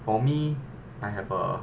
for me I have a